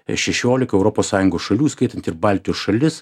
šešioliką europos sąjungos šalių įskaitant ir baltijos šalis